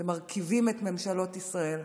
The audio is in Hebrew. אתם מרקיבים את ממשלות ישראל.